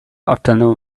afternoon